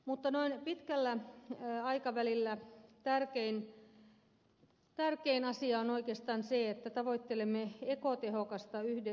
mutta noin pitkällä aikavälillä tärkein asia on oikeastaan se että tavoittelemme ekotehokasta yhdyskuntarakennetta